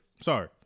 Sorry